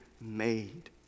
made